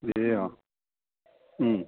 ए अँ